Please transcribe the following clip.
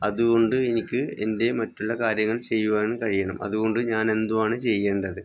അതു കൊണ്ട് എനിക്ക് എൻ്റെ മറ്റുള്ള കാര്യങ്ങൾ ചെയ്യുവാൻ കഴിയണം അതു കൊണ്ട് ഞാനെന്തുവാണ് ചെയ്യേണ്ടത്